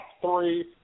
three